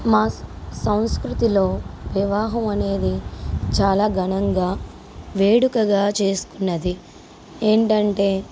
మా సంస్కృతిలో వివాహం అనేది చాలా ఘనంగా వేడుకగా చేసుకున్నది ఏంటంటే